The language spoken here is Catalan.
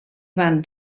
van